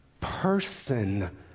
person